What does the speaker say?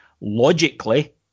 logically